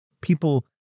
people